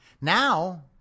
Now